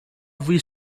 vui